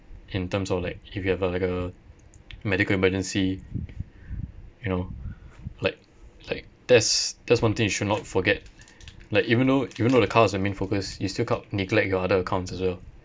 in terms of like if you have uh like a medical emergency you know like like that's that's one thing you should not forget like even though even though the car is your main focus you still can't neglect your other accounts as well